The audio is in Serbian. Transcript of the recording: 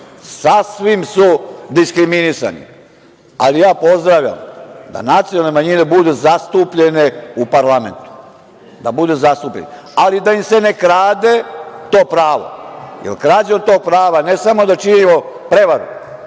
Sasvim su diskriminisani. Ali, ja pozdravljam da nacionalne manjine budu zastupljene u parlamentu, ali da im se ne krade to pravo, jer krađom tog prava ne samo da činimo prevaru,